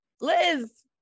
Liz